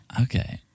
Okay